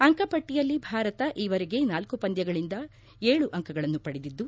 ಅಂಕಪಟ್ಟಿಯಲ್ಲಿ ಭಾರತ ಈವರೆಗೆ ನಾಲ್ಕು ಪಂದ್ಯಗಳಿಂದ ಏಳು ಅಂಕಗಳನ್ನು ಪಡೆದಿದ್ದು